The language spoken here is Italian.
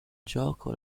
gioco